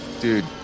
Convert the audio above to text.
dude